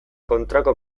kontrako